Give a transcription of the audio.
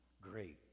great